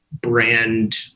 brand